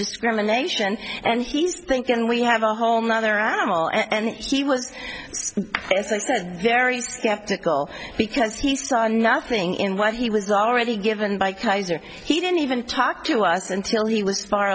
discrimination and he's thinking we have a whole nother animal and he was very skeptical because he saw nothing in what he was already given by kaiser he didn't even talk to us until he was far